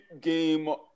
game